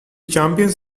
champions